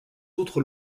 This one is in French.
autres